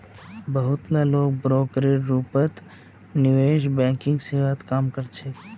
बहुत ला लोग ब्रोकरेर रूपत निवेश बैंकिंग सेवात काम कर छेक